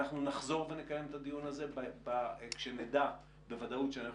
אנחנו נחזור ונקיים את הדיון הזה כשנדע בוודאות שאנחנו